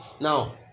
Now